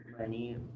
money